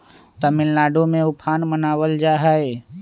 तमिलनाडु में उफान मनावल जाहई